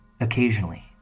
Occasionally